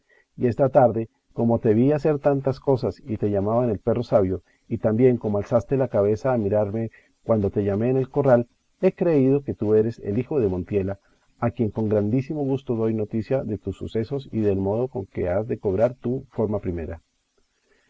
y esta tarde como te vi hacer tantas cosas y que te llaman el perro sabio y también como alzaste la cabeza a mirarme cuando te llamé en el corral he creído que tú eres hijo de la montiela a quien con grandísimo gusto doy noticia de tus sucesos y del modo con que has de cobrar tu forma primera